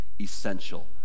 essential